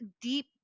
deep